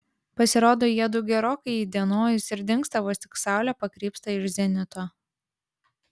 pasirodo jiedu gerokai įdienojus ir dingsta vos tik saulė pakrypsta iš zenito